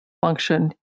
function